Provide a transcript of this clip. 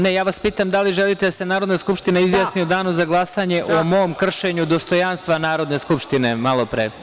Ne, ja vas pitam – da li želite da se Narodna skupština izjasni u danu za glasanje o mom kršenju dostojanstva Narodne skupštine malopre?